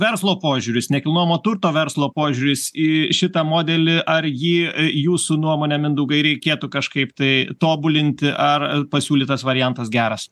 verslo požiūris nekilnojamo turto verslo požiūris į šitą modelį ar jį jūsų nuomone mindaugai reikėtų kažkaip tai tobulinti ar pasiūlytas variantas geras